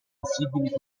possibili